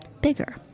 Bigger